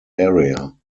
area